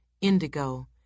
indigo